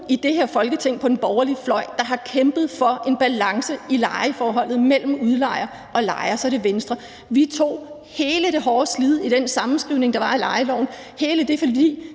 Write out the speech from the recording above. i det her Folketing på den borgerlige fløj, der har kæmpet for en balance i lejeforholdet mellem udlejer og lejer, så er det Venstre. Vi tog hele det hårde slid i forbindelse med den sammenskrivning, der var, af lejeloven; hele det forlig